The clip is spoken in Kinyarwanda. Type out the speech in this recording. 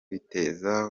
biteza